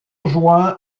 juin